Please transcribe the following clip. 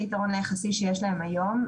היום,